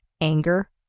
anger